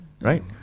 right